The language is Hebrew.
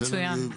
מצוין.